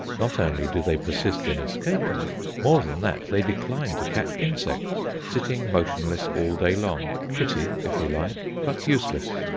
not only do they persist in escaping more than that, they decline to catch insects, sitting motionless all day long pretty, if you like, but useless.